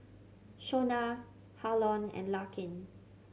Shonna Harlon and Larkin